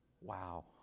Wow